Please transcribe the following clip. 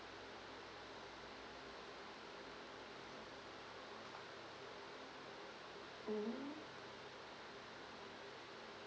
mm